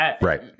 Right